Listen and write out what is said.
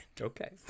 Okay